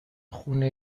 خونه